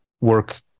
work